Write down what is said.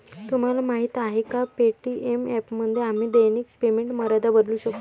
तुम्हाला माहीत आहे का पे.टी.एम ॲपमध्ये आम्ही दैनिक पेमेंट मर्यादा बदलू शकतो?